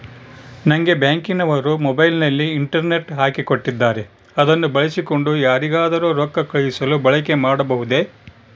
ನಂಗೆ ಬ್ಯಾಂಕಿನವರು ಮೊಬೈಲಿನಲ್ಲಿ ಇಂಟರ್ನೆಟ್ ಹಾಕಿ ಕೊಟ್ಟಿದ್ದಾರೆ ಅದನ್ನು ಬಳಸಿಕೊಂಡು ಯಾರಿಗಾದರೂ ರೊಕ್ಕ ಕಳುಹಿಸಲು ಬಳಕೆ ಮಾಡಬಹುದೇ?